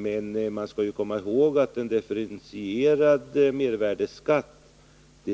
Men man skall komma ihåg att en differentierad mervärdeskatt